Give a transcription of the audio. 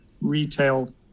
retail